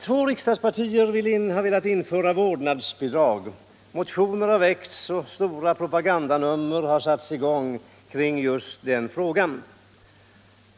Två riksdagspartier har velat införa vårdnadsbidrag. Motioner har väckts och stora propagandaapparater har satts i gång kring just den frågan.